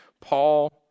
Paul